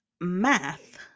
math